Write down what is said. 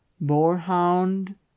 Boarhound